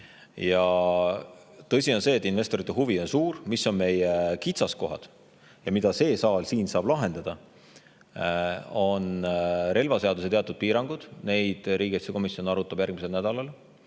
Tõsi on see, et investorite huvi on suur. Mis on meie kitsaskohad ja mida see saal siin saab lahendada, on esiteks relvaseaduse teatud piirangud. Neid riigikaitsekomisjon arutab järgmisel nädalal.